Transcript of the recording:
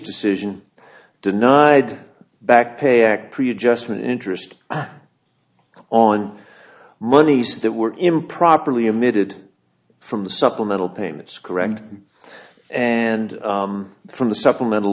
decision denied backpack prejudgment interest on monies that were improperly emitted from the supplemental payments correct and from the supplemental